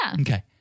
Okay